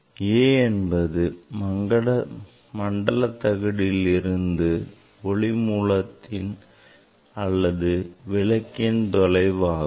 a என்பது மண்டல தகட்டில் இருந்து ஒளி மூலத்தின் அல்லது விளக்கின் தொலைவு ஆகும்